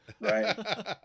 Right